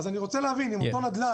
אז אני רוצה להבין אם אותו נדל"ן